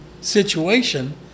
situation